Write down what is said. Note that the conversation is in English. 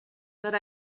but